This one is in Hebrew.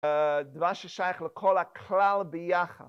דבר ששייך לכל הכלל ביחד.